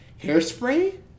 Hairspray